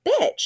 bitch